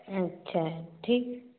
अच्छा ठीक